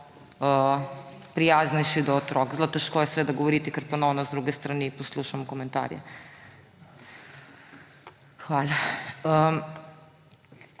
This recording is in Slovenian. prijaznejše do otrok. Zelo težko je seveda govoriti, ker ponovno z druge strani poslušam komentarje. Hvala.